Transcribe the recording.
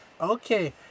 okay